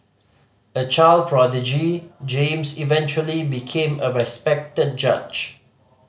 a child prodigy James eventually became a respected judge